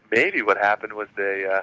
maybe what happened was they,